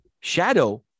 Shadow